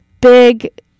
big